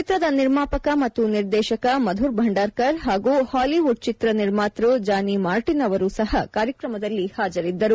ಚಿತ್ರದ ನಿರ್ಮಾಪಕ ಮತ್ತು ನಿರ್ದೇತಕ ಮಧುರ್ ಭಂಡಾರ್ಕರ್ ಹಾಗೂ ಹಾಲಿವುಡ್ ಚಿತ್ರ ನಿರ್ಮಾತ್ಪ ಜಾನಿ ಮಾರ್ಟನ್ ಅವರು ಸಹ ಕಾರ್ಯಕ್ರಮದಲ್ಲಿ ಹಾಜರಿದ್ದರು